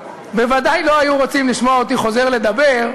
בוודאי לא היו רוצים לשמוע אותי חוזר לדבר,